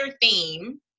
theme